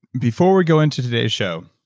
before we go into today's show,